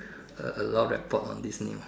a a lot of rapport on this new